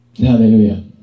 Hallelujah